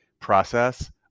process